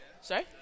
Sorry